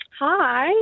Hi